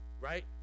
Right